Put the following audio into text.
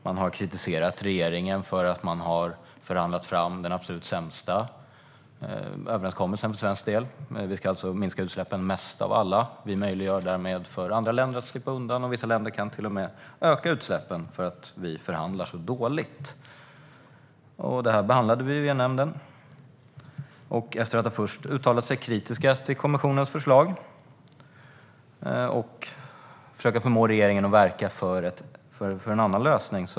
De har kritiserat regeringen för att man har förhandlat fram den absolut sämsta överenskommelsen för svensk del. Vi ska alltså minska utsläppen mest av alla. Vi möjliggör därmed för andra länder att slippa undan. Vissa länder kan till och med öka utsläppen för att vi förhandlar så dåligt. Detta behandlade vi i EU-nämnden. Först uttalade man sig kritiskt om kommissionens förslag och försökte förmå regeringen att verka för en annan lösning.